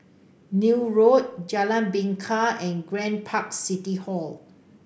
Neil Road Jalan Bingka and Grand Park City Hall